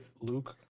Luke